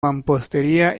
mampostería